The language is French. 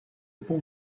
pont